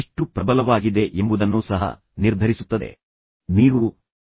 ನೀವು ಒಬ್ಬ ವ್ಯಕ್ತಿಯಾಗಿದ್ದೀರಿ ಮತ್ತು ಇದು ನಿಮ್ಮ ಸ್ವಯಂ ನಿರ್ವಹಣಾ ಕೌಶಲ್ಯದ ಬಗ್ಗೆ ಸಹ ಹೇಳುತ್ತದೆ